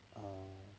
ah